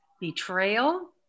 betrayal